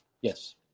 Yes